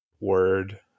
Word